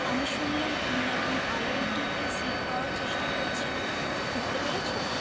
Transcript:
আমি শুনলাম তুমি না কি আই আই টি তে সীট পাওয়ার চেষ্টা করছিলে ঢুকতে পেরেছো